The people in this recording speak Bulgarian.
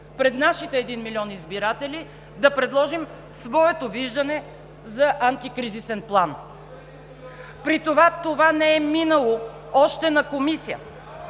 пред нашите един милион избиратели, да предложим своето виждане за антикризисен план. При това то не е минало още на комисия.